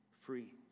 free